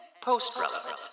post-relevant